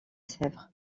sèvres